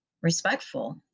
respectful